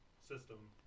system